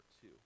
two